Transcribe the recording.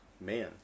man